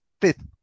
fifth